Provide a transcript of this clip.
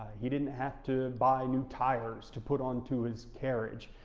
he didn't have to buy new tires to put on to his carriage,